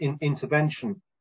intervention